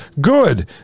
good